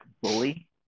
bully